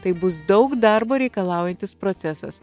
tai bus daug darbo reikalaujantis procesas